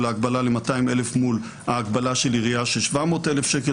של ההגבלה ל-200,000 מול ההגבלה של עירייה של 700,000 שקל,